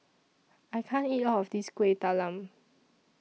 I can't eat All of This Kueh Talam